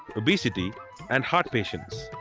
obesity and heart patients.